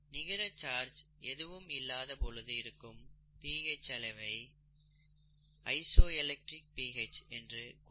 நிகர சார்ஜ் எதுவும் இல்லாத பொழுது இருக்கும் பி ஹெச் அளவை ஐசோஎலெக்ட்ரிக் பிஹெச் என்று கூறுவர்